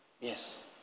Yes